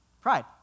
Pride